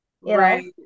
Right